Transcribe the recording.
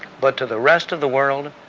but to the rest of the world,